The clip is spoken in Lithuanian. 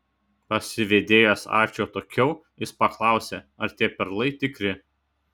pasivedėjęs arčį atokiau jis paklausė ar tie perlai tikri